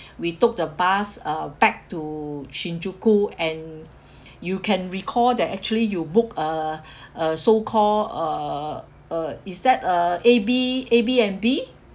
we took the bus uh back to shinjuku and you can recall that actually you book uh uh so-called uh uh is that uh A_B A_B_N_B